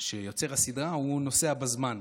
שיוצר הסדרה הוא נוסע בזמן.